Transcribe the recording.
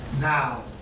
now